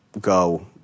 go